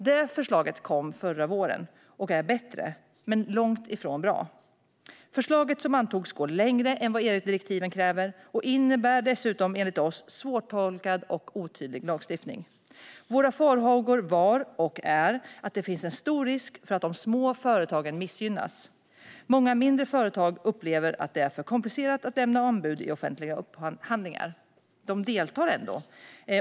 Detta förslag kom förra våren och är bättre, men långt ifrån bra. Förslaget som antogs går längre än vad EU-direktiven kräver och innebär dessutom, enligt oss, svårtolkad och otydlig lagstiftning. Våra farhågor var och är att det finns en stor risk för att de små företagen missgynnas. Många mindre företag upplever att det är för komplicerat att lämna anbud i offentliga upphandlingar. De deltar ändå.